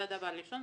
זה הדבר הראשון.